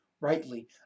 rightly